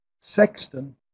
sexton